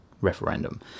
referendum